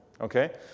Okay